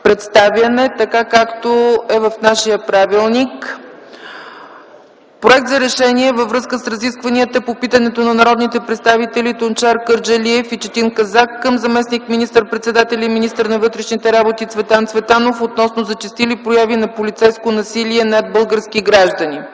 представяне, така както е в нашия правилник: „Проект РЕШЕНИЕ във връзка с разискванията по питането на народните представители Тунчер Кърджалиев и Четин Казак към заместник министър-председателя и министър на вътрешните работи Цветан Цветанов относно зачестили прояви на полицейско насилие над български граждани